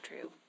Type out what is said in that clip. true